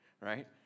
right